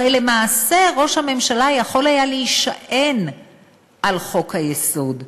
הרי למעשה ראש הממשלה יכול היה להישען על חוק-היסוד,